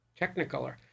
Technicolor